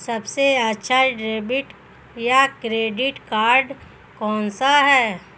सबसे अच्छा डेबिट या क्रेडिट कार्ड कौन सा है?